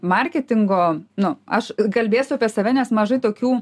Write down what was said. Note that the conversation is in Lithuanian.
marketingo nu aš kalbėsiu apie save nes mažai tokių